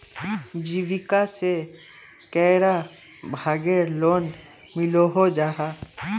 जीविका से कैडा भागेर लोन मिलोहो जाहा?